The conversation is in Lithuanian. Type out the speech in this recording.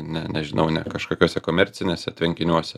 ne nežinau ne kažkokiuose komerciniuose tvenkiniuose